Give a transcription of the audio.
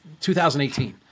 2018